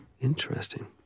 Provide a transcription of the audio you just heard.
Interesting